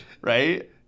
Right